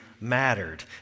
mattered